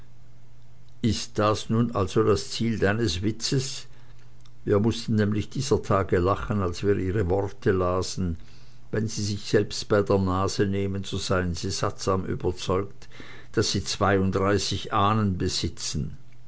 ist das also nun das ziel deines witzes wir mußten nämlich dieser tage lachen als wir ihre worte lasen wenn sie sich selbst bei der nase nehmen so seien sie sattsam überzeugt daß sie zweiunddreißig ahnen besitzen